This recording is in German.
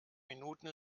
minuten